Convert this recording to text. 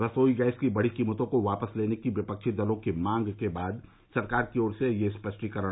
रसोई गैस की बढ़ी कीमतों को वापस लेने की विपक्षी दलों की मांग के बाद सरकार की ओर से यह स्पष्टीकरण आया है